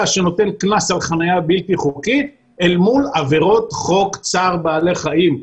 שנותן קנס על חניה בלתי חוקית אל מול עבירות חוק צער בעלי חיים.